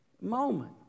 moment